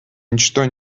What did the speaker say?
ничто